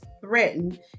threatened